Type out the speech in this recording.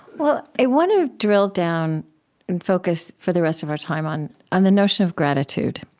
well, i want to drill down and focus for the rest of our time on on the notion of gratitude.